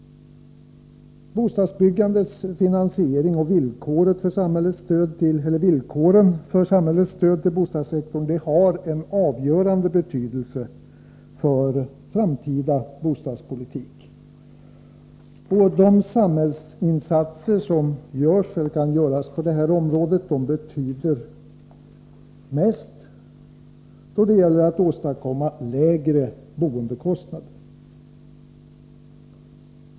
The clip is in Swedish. Bostadsbyggandets finansiering och villkoren för samhällets stöd till bostadssektorn har en avgörande betydelse för framtida bostadspolitik. De samhällsinsatser som görs på detta område betyder mest då det gäller att åstadkomma lägre boendekostnader.